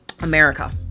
America